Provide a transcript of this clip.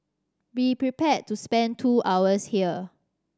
be prepared to spend two hours here